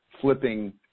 flipping